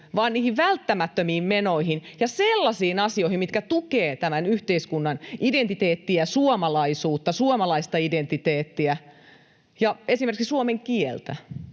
vaan niihin välttämättömiin menoihin ja sellaisiin asioihin, mitkä tukevat tämän yhteiskunnan identiteettiä, suomalaisuutta, suomalaista identiteettiä ja esimerkiksi suomen kieltä.